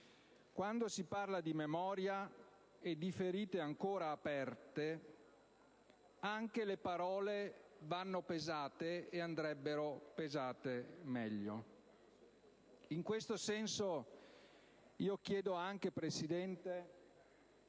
Quando si parla di memoria e di ferite ancora aperte, anche le parole andrebbero pesate meglio. In questo senso, signor Presidente,